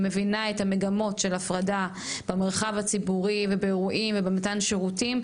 ומבינה את המגמות של הפרדה במרחב הציבורי ובאירועים ובמתן שירותים,